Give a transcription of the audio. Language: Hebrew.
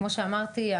כמו שאמרתי,